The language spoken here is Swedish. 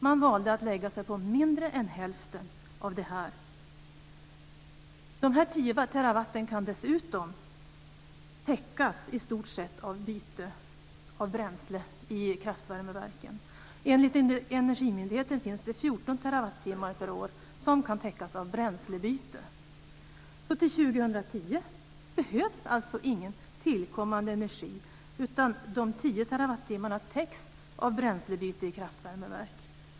Man valde att lägga sig på mindre än hälften av det. De 10 terawattimmarna kan dessutom täckas i stort sett av byte av bränsle i kraftvärmeverken. Enligt Energimyndigheten finns det 14 terawattimmar per år som kan täckas av bränslebyte. Till år 2010 behövs alltså ingen tillkommande energi, utan de 10 terawattimmarna täcks av bränslebyte i kraftvärmeverk.